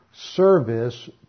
service